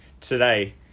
today